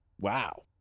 wow